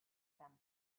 them